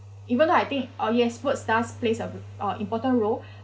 even though I think oh yes words does plays a a important role